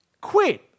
Quit